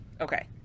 okay